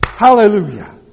Hallelujah